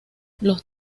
los